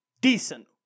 Decent